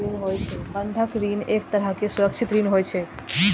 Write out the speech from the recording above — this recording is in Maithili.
बंधक ऋण एक तरहक सुरक्षित ऋण होइ छै